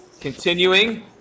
continuing